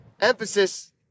emphasis